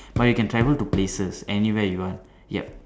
but you can travel to places anywhere you want yup